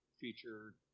feature